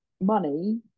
money